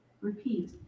repeat